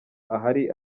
ahari